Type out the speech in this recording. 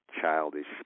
childish